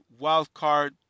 wildcard